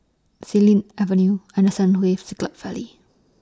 Xilin Avenue Henderson Wave Siglap Valley